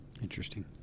interesting